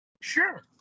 Sure